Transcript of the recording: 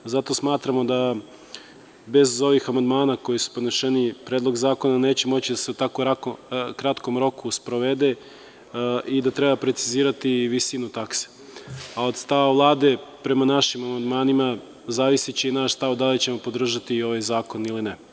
Zato smatramo da bez ovih amandmana koji su podneseni Predlog zakona neće moći da se u tako kratkom roku sprovede i da treba precizirati i visinu takse, a od stava Vlade prema našim amandmanima, zavisiće i naš stav da li ćemo podržati ovaj zakon ili ne.